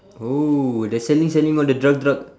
oh the selling selling all the drug drug